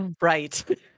Right